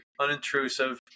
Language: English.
unintrusive